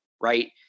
right